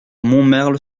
montmerle